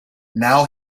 now